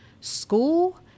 school